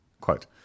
quote